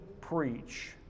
preach